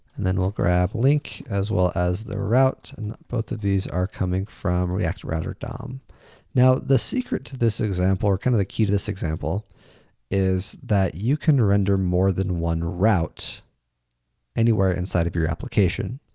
and then, we'll grab link as well as the route and both of these are coming from react-router-dom. now, the secret to this example or, kind of, the key to this example is that you can render more than one route anywhere inside of your application.